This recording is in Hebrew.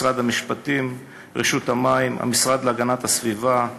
משרד המשפטים, רשות המים, המשרד להגנת הסביבה,